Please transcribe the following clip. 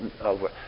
over